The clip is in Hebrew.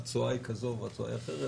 "התשואה היא כזו" או "התשואה היא אחרת",